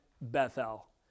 Bethel